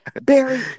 Barry